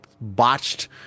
botched